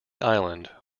island